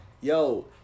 Yo